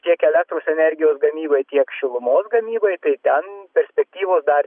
tiek elektros energijos gamybai tiek šilumos gamybai tai ten perspektyvos dar